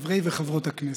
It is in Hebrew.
חברי וחברות הכנסת,